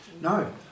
No